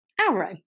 arrow